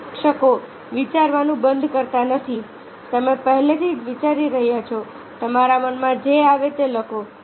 પ્રશિક્ષકો વિચારવાનું બંધ કરતા નથી તમે પહેલેથી જ વિચારી રહ્યા છો તમારા મનમાં જે આવે તે લખો